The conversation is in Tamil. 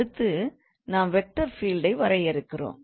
அடுத்து நாம் வெக்டார் ஃபீல்டை ஐ வரையறுக்கிறோம்